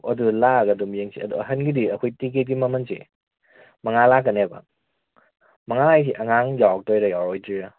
ꯑꯣ ꯑꯗꯣ ꯂꯥꯛꯑꯒ ꯑꯗꯨꯝ ꯌꯦꯡꯁꯦ ꯑꯗꯣ ꯑꯍꯥꯟꯒꯤꯗꯤ ꯑꯈꯣꯏ ꯇꯤꯛꯀꯦꯠ ꯀꯤ ꯃꯃꯜꯁꯤ ꯃꯉꯥ ꯂꯥꯛꯀꯅꯦꯕ ꯃꯉꯥ ꯍꯥꯏꯁꯦ ꯑꯉꯥꯡ ꯌꯧꯔꯛꯇꯣꯏꯔ ꯌꯧꯔꯛꯑꯣꯏꯗꯣꯏꯔ